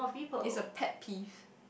is a pet peeve